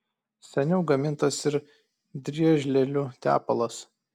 seniau gamintas ir driežlielių tepalas